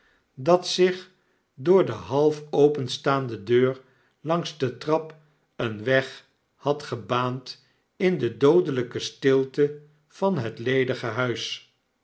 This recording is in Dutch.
dat zich door de hali'openstaande deur langs de trap een weg had gebaand in de doodelpe stilte van het ledige huis